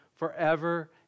Forever